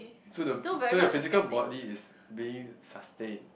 so the so your physical body is being sustain